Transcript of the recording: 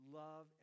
love